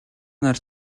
нар